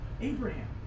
Abraham